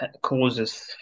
causes